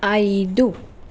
ఐదు